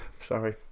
sorry